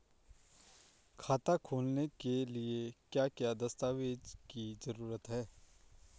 खाता खोलने के लिए क्या क्या दस्तावेज़ की जरूरत है?